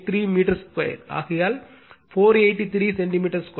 0483 மீட்டர்2 ஆகையால் 483 சென்டிமீட்டர் 2